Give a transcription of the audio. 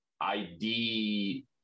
ID